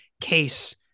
case